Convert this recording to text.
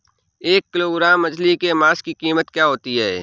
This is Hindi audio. एक किलोग्राम मछली के मांस की कीमत क्या है?